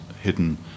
hidden